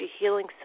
healing